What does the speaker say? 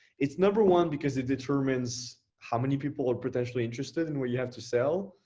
it's number one because it determines how many people are potentially interested in what you have to sell.